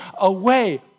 away